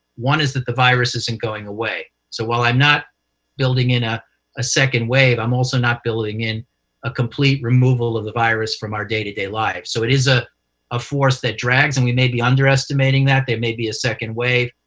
one is that the virus isn't going away. so while i'm not building in a a second wave, i'm also not building in a complete removal of the virus from our day-to-day lives. so it is a a force that drags and we may be underestimating that. there may be a second wave.